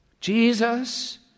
Jesus—